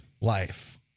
life